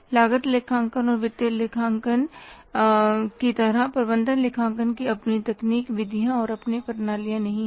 लागत लेखांकन और वित्तीय लेखांकन की तरह प्रबंधन लेखांकन की अपनी तकनीक विधियाँ और अपनी प्रणालियाँ नहीं हैं